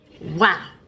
Wow